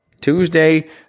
Tuesday